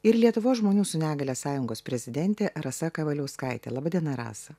ir lietuvos žmonių su negalia sąjungos prezidentė rasa kavaliauskaitė laba diena rasa